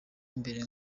imbere